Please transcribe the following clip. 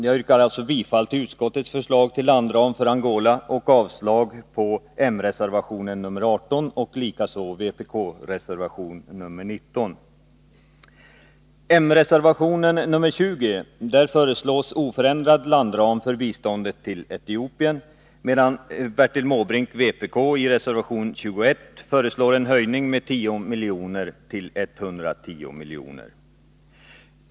Jag yrkar alltså bifall till utskottets förslag till landram för Angola och avslag på reservationerna 18 och 19.